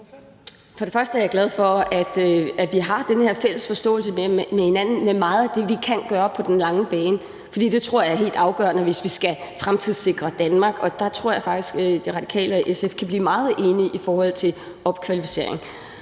Dyhr (SF): Jeg er glad for, at vi har den her fælles forståelse med hinanden om meget af det, vi kan gøre på den lange bane, for det tror jeg er helt afgørende, hvis vi skal fremtidssikre Danmark. Der tror jeg faktisk, at De Radikale og SF kan blive meget enige i forhold til opkvalificering.